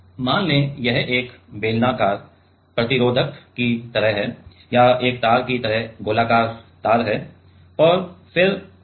अब मान लें कि यह एक बेलनाकार प्रतिरोधक की तरह है या एक तार की तरह गोलाकार तार है और फिर